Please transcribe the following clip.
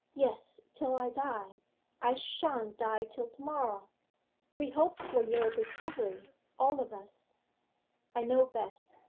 yes, till i die i shan't die till to-morrow we hope for your recovery all of us i know best.